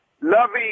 Lovey